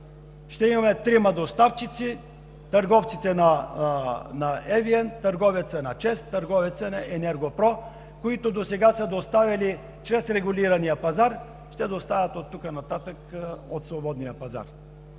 Ще имаме трима доставчици – търговците на EVN, търговецът на ЧЕЗ, търговецът на „Енерго-Про“, които досега са доставяли чрез регулирания пазар, ще доставят оттук нататък от свободния пазар.